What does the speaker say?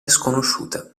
sconosciuta